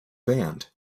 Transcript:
band